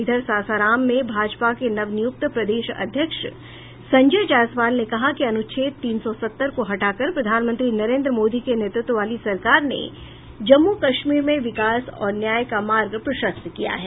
इधर सासाराम में भाजपा के नवनियुक्त प्रदेश अध्यक्ष संजय जायसवाल ने कहा कि अनुच्छेद तीन सौ सत्तर को हटाकर प्रधानमंत्री नरेन्द्र मोदी के नेतृत्व वाली सरकार ने जम्मू कश्मीर में विकास और न्याय का मार्ग प्रशस्त किया है